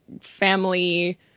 family